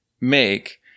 make